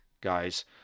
guys